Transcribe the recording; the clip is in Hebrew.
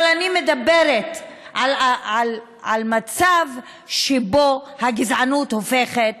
אבל אני מדברת על מצב שבו הגזענות הופכת